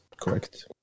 correct